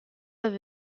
aussi